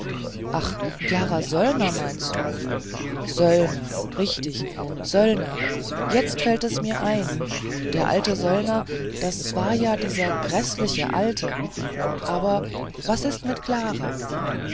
ach klara söllner meinst du söllner richtig söllner jetzt fällt mir erst ein der alte söllner das war ja dieser gräßliche alte aber was ist mit klara